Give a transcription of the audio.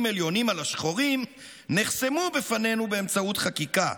עליונים על השחורים נחסמו בפנינו באמצעות חקיקה,